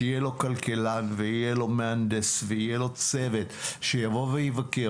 שיהיה לו כלכלן ויהיה לו מהנדס ויהיה לו צוות שיבוא ויבקר,